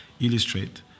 illustrate